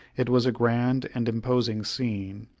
it was a grand and imposing scene,